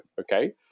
okay